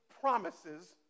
promises